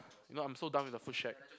you know I'm so done with the food shack